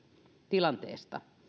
tilanteesta